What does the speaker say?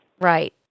right